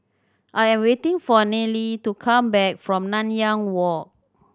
I am waiting for Nealy to come back from Nanyang Walk